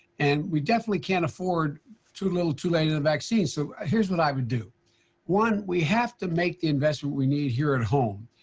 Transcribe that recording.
and we definitely can't afford too little, too late in the vaccine. so here's what i would do one, we have to make the investment we need here at home,